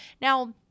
Now